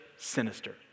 sinister